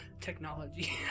technology